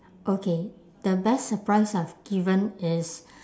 okay the best surprise I've given is